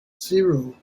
zero